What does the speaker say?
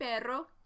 perro